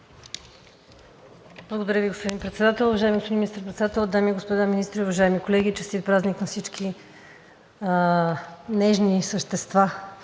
Благодаря Ви, господин Председател. Уважаеми господин Министър-председател, дами и господа министри, уважаеми колеги! Честит празник на всички нежни същества